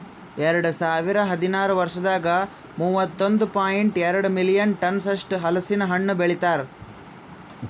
ಎರಡು ಸಾವಿರ ಹದಿನಾರು ವರ್ಷದಾಗ್ ಮೂವತ್ತೊಂದು ಪಾಯಿಂಟ್ ಎರಡ್ ಮಿಲಿಯನ್ ಟನ್ಸ್ ಅಷ್ಟು ಹಲಸಿನ ಹಣ್ಣು ಬೆಳಿತಾರ್